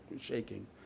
shaking